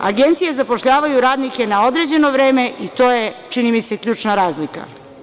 Agencije zapošljavaju radnike na određeno vreme i to je, čini mi se, ključna razlika.